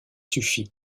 suffi